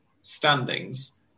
standings